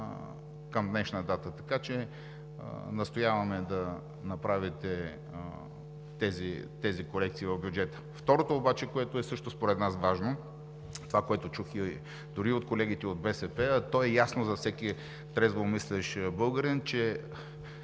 към днешна дата. Така че настояваме да направите тези корекции в бюджета. Второто обаче, което според нас също е важно – това, което чух дори и от колегите от БСП, а то е ясно за всеки трезвомислещ българин, че